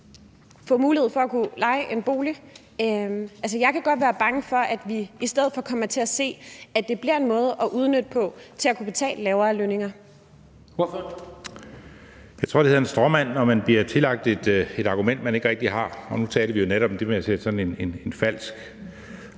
få mulighed for at kunne leje en bolig. Jeg kan godt være bange for, at vi i stedet for kommer til at se, at det bliver en måde at udnytte på i forhold til at kunne betale lavere lønninger.